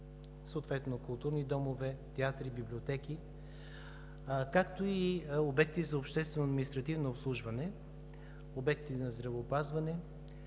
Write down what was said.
съответно културни домове, театри, библиотеки, както и обекти за обществено административно обслужване, обекти на здравеопазване.